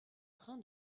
train